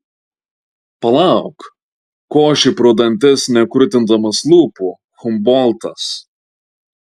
palauk košė pro dantis nekrutindamas lūpų humboltas